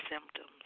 symptoms